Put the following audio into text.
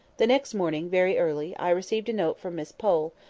the next morning, very early, i received a note from miss pole,